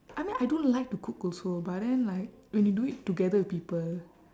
I mean I don't like to cook also but then like when you do it together with people